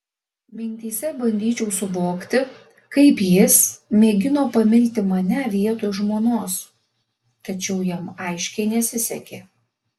mintyse bandyčiau suvokti kaip jis mėgino pamilti mane vietoj žmonos tačiau jam aiškiai nesisekė